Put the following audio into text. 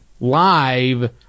live